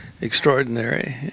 extraordinary